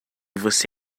você